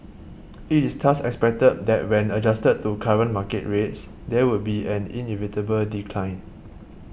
it is thus expected that when adjusted to current market rates there would be an inevitable decline